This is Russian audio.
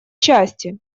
части